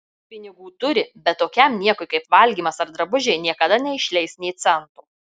pinigų turi bet tokiam niekui kaip valgymas ar drabužiai niekada neišleis nė cento